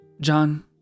John